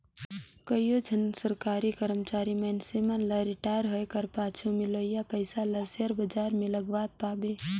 कइयो झन सरकारी करमचारी मइनसे मन ल रिटायर होए कर पाछू मिलोइया पइसा ल सेयर बजार में लगावत पाबे